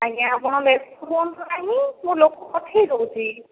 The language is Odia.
ଆଜ୍ଞା ଆପଣ ବ୍ୟସ୍ତ ହୁଅନ୍ତୁ ନାହିଁ ମୁଁ ଲୋକ ପଠାଇ ଦେଉଛି